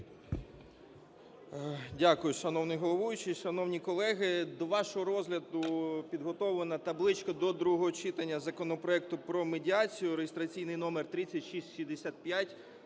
Дякую. Шановний головуючий, шановні колеги, до вашого розгляду підготовлена табличка до другого читання законопроекту про медіацію (реєстраційний номер 3665).